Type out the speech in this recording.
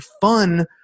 fun